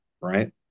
right